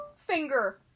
Finger